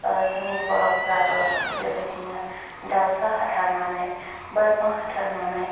जोंनि बर'फोराबो बेबायदिनो दाउसा हाथारनानै बोरमा हाथारनानै